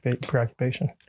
preoccupation